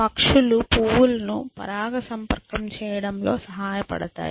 పక్షులు పువ్వులను పరాగసంపర్కం చేయడంలో సహాయపడతాయి